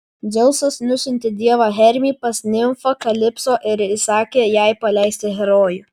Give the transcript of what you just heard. dzeusas nusiuntė dievą hermį pas nimfą kalipso ir įsakė jai paleisti herojų